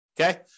Okay